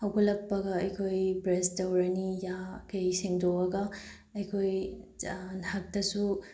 ꯍꯧꯒꯠꯂꯛꯄꯒ ꯑꯩꯈꯣꯏ ꯕ꯭ꯔꯁ ꯇꯧꯔꯅꯤ ꯌꯥ ꯀꯩ ꯁꯦꯡꯗꯣꯛꯂꯒ ꯑꯩꯈꯣꯏ ꯉꯥꯏꯍꯥꯛꯇꯁꯨ